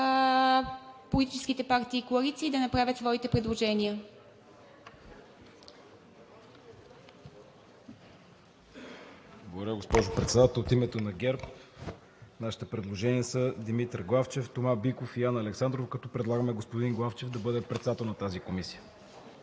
политическите партии и коалиции да направят своите предложения. АЛЕКСАНДЪР НЕНКОВ (ГЕРБ-СДС): Благодаря, госпожо Председател. От името на ГЕРБ нашите предложения са Димитър Главчев, Тома Биков и Анна Александрова, като предлагаме господин Главчев да бъде председател на тази комисия.